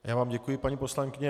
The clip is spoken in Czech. Já vám děkuji, paní poslankyně.